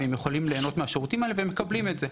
שיכולים להנות מהשירותים האלה והם אכן מקבלים אותם.